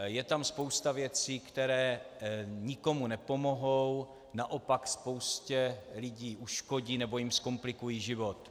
Je tam spousta věcí, které nikomu nepomohou, naopak spoustě lidí uškodí nebo jim zkomplikují život.